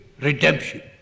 redemption